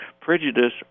prejudice